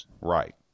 Right